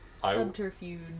subterfuge